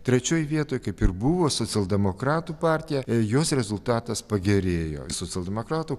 trečioj vietoj kaip ir buvo socialdemokratų partija jos rezultatas pagerėjo socialdemokratų